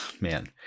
Man